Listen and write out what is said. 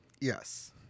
Yes